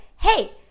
hey